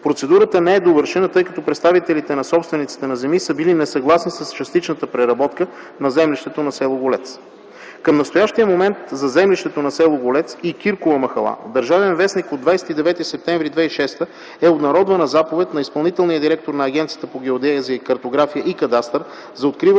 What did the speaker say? Процедурата не е довършена, тъй като представителите на собствениците на земи са били несъгласни с частичната преработка на землището на с. Голец. Към настоящия момент за землището на с. Голец и Киркова махала в “Държавен вестник” от 29 септември 2006 г. е обнародвана заповед на изпълнителния директор на Агенцията по геодезия, картография и кадастър за откриване